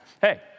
Hey